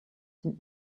saint